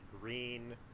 green